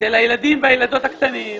אצל הילדים והילדות הקטנים,